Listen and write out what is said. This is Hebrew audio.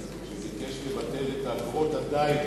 שביקש לבטל את אגרות הדיג.